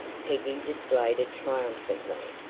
peggy displayed it triumphantly.